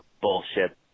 bullshit